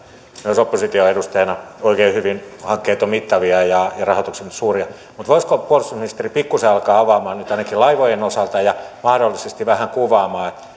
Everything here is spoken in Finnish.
myös opposition edustajana oikein hyvin hankkeet ovat mittavia ja rahoitukset suuria mutta voisiko puolustusministeri pikkuisen alkaa avaamaan nyt ainakin laivojen osalta ja mahdollisesti vähän kuvaamaan